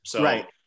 Right